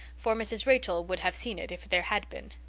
for mrs. rachel would have seen it if there had been.